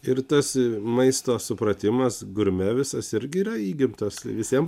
ir tas maisto supratimas gurme visas irgi yra įgimtas visiems